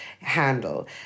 handle